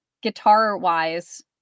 Guitar-wise